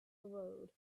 road